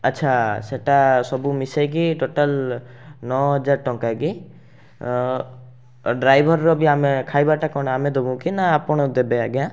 ଆଚ୍ଛା ସେଇଟା ସବୁ ମିଶେଇକି ଟୋଟାଲ୍ ନଅହଜାର ଟଙ୍କା କି ଡ୍ରାଇଭର୍ର ବି ଆମେ ଖାଇବାଟା କ'ଣ ଆମେ ଦେବୁ କି ଆପଣ ଦେବେ ଆଜ୍ଞା